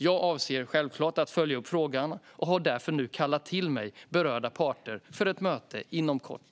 Jag avser självklart att följa upp frågan och har därför nu kallat till mig berörda parter för ett möte inom kort.